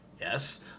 Yes